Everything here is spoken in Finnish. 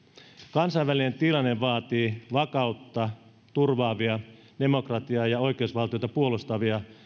kansainvälinen tilanne vaatii vakautta turvaavia demokratiaa ja oikeusvaltiota puolustavia